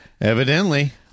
Evidently